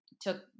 took